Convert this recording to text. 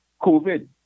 COVID